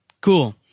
Cool